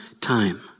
time